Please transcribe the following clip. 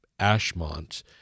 Ashmont